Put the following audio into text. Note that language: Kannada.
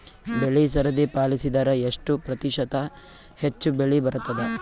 ಬೆಳಿ ಸರದಿ ಪಾಲಸಿದರ ಎಷ್ಟ ಪ್ರತಿಶತ ಹೆಚ್ಚ ಬೆಳಿ ಬರತದ?